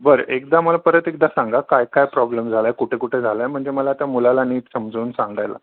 बरं एकदा मला परत एकदा सांगा काय काय प्रॉब्लेम झाला आहे कुठे कुठे झाला आहे म्हणजे मला त्या मुलानी समजवून सांगायला